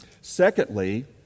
Secondly